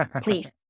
Please